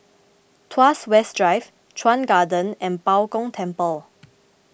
Tuas West Drive Chuan Garden and Bao Gong Temple